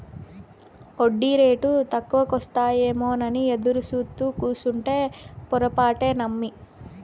ఒడ్డీరేటు తక్కువకొస్తాయేమోనని ఎదురుసూత్తూ కూసుంటే పొరపాటే నమ్మి